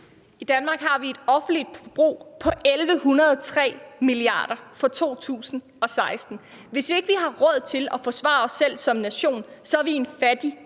I Danmark har vi et offentligt forbrug på 1.103 mia. kr. for 2016. Hvis ikke vi har råd til at forsvare os selv som nation, er vi en fattig